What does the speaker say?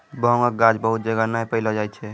भांगक गाछ बहुत जगह नै पैलो जाय छै